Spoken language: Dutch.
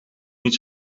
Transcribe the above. niet